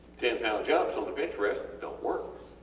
ten lb jumps on the bench press dont work,